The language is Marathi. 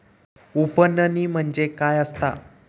उफणणी म्हणजे काय असतां?